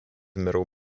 middle